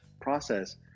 process